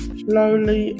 slowly